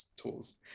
tools